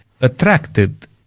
attracted